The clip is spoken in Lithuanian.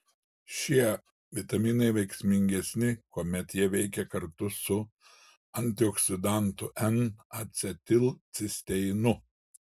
šie vitaminai veiksmingesni kuomet jie veikia kartu su antioksidantu n acetilcisteinu